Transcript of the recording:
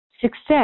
success